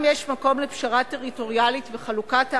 יש מקום לפשרה טריטוריאלית וחלוקת הארץ,